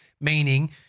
Meaning